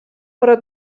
però